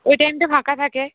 ওই টাইমটা ফাঁকা থাকে